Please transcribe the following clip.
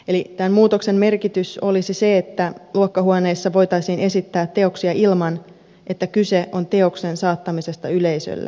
eli tämän muutoksen merkitys olisi se että luokkahuoneissa voitaisiin esittää teoksia ilman että kyse on teoksen saattamisesta yleisölle